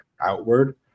outward